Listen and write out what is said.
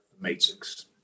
Matrix